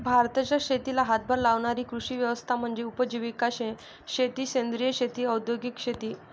भारताच्या शेतीला हातभार लावणारी कृषी व्यवस्था म्हणजे उपजीविका शेती सेंद्रिय शेती औद्योगिक शेती